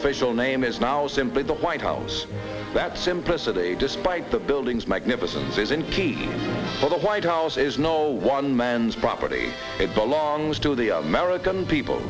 official name is now simply the white house that simplicity despite the buildings magnificent says impeach the white house is no one man's property it belongs to the american people